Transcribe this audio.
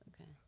Okay